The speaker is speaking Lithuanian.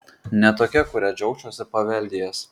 ne tokia kurią džiaugčiausi paveldėjęs